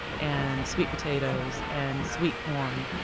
and sweet potatoes, and sweet corn.